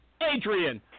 Adrian